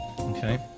Okay